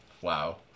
Wow